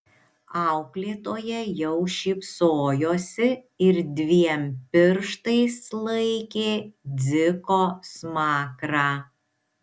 auklėtoja jau šypsojosi ir dviem pirštais laikė dziko smakrą